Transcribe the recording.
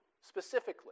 specifically